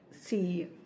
see